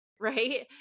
Right